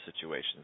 situations